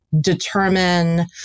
determine